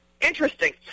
Interesting